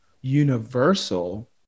universal